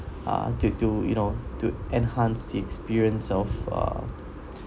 uh due to you know to enhance the experience of uh